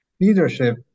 Leadership